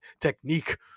technique